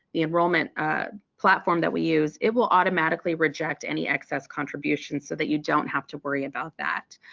the enrollment ah platform that we use, it will automatically reject any excess contribution so that you don't have to worry about that.